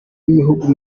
b’ibihugu